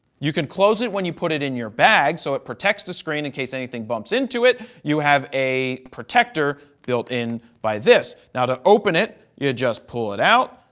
you can close it when you put it in your bag, so it protects the screen in case anything bumps into it. you have a protector built in by this. now, to open it you just pull it out.